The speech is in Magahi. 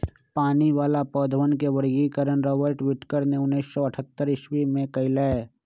पानी वाला पौधवन के वर्गीकरण रॉबर्ट विटकर ने उन्नीस सौ अथतर ईसवी में कइलय